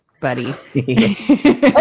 buddy